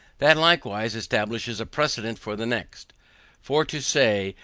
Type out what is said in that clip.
that likewise establishes a precedent for the next for to say,